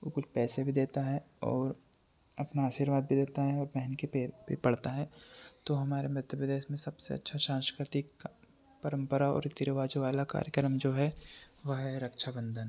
और कुछ पैसे भी देता है और अपना आशीर्वाद भी देता है औ बहन के पैर भी पड़ता है तो हमारे मध्य प्रदेश में सबसे अच्छा सांस्कृतिक परम्परा और रीति रिवाजों वाला कार्यक्रम जो है वह है रक्षाबन्धन